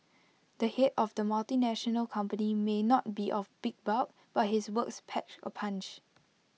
the Head of the multinational company may not be of big bulk but his words patch A punch